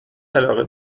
علاقه